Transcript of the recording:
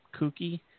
kooky